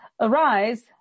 Arise